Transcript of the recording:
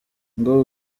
ngo